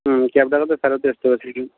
হুম ক্যাবটাকে তো ফেরত দিয়ে আসতে হবে ঠিকই